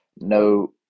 no